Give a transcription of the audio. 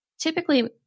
Typically